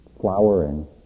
flowering